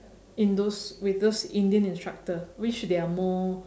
in those with those indian instructor which they are more